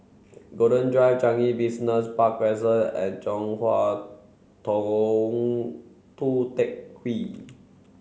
Golden Drive Changi Business Park Crescent and Chong Hua Tong Tou Teck Hwee